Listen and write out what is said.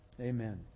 Amen